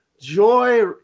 joy –